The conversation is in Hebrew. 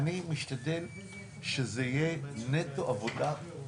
אני רק יכול להגיד לך שאני לא עוזב כמעט אף אחד מהדיונים